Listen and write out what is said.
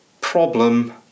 problem